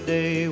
Day